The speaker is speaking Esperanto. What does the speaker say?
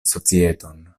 societon